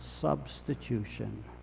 substitution